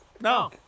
No